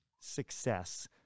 success